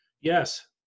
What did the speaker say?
Yes